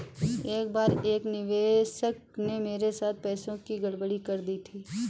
एक बार एक निवेशक ने मेरे साथ पैसों की गड़बड़ी कर दी थी